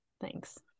Thanks